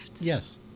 Yes